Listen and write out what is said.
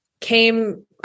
came